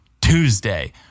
Tuesday